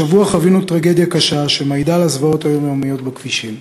השבוע חווינו טרגדיה קשה שמעידה על הזוועות היומיומיות בכבישים: